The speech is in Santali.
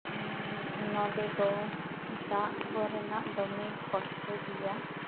ᱦᱩᱸ ᱱᱚᱰᱮ ᱫᱚ ᱫᱟᱜ ᱠᱚᱨᱮᱱᱟᱜ ᱫᱚᱢᱮ ᱠᱚᱥᱴᱚ ᱜᱮᱭᱟ